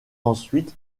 ensuite